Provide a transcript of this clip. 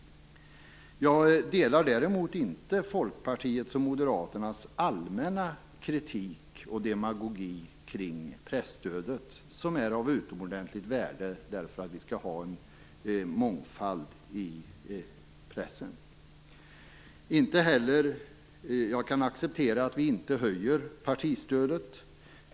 Jag delar däremot inte Folkpartiets och Moderaternas allmänna kritik och demagogi kring presstödet. Det är av utomordentligt värde, eftersom vi skall ha en mångfald i pressen. Jag kan acceptera att vi inte höjer partistödet.